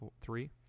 three